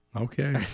Okay